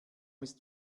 ist